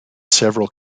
several